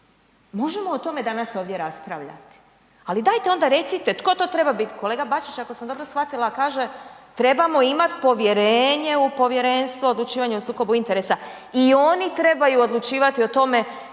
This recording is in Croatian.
možemo o tome danas ovdje raspravljati, ali dajte onda recite tko to treba biti. Kolega Bačić ako sam dobro shvatila kaže, trebamo imati povjerenje u Povjerenstvo o odlučivanju o sukobu interesa i oni trebaju odlučivati o tome